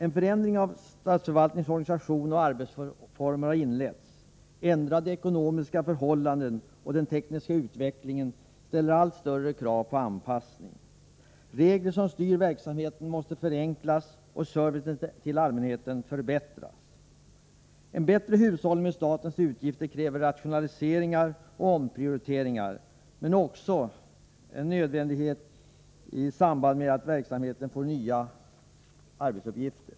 En förändring av statsförvaltningens organisation och arbetsformer har inletts. Ändrade ekonomiska förhållanden och den tekniska utvecklingen ställer allt större krav på anpassning. Regler som styr verksamheten måste förenklas och servicen till allmänheten förbättras. En bättre hushållning med statens utgifter kräver rationaliseringar och omprioriteringar, men är också en nödvändighet i samband med att verksamheten får nya arbetsuppgifter.